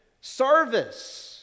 service